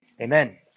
Amen